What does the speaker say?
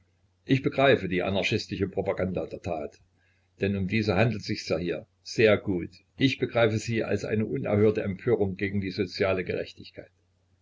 ich begreife die anarchistische propaganda der tat denn um diese handelt sichs ja hier sehr gut ich begreife sie als eine unerhörte empörung gegen die soziale gerechtigkeit